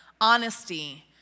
honesty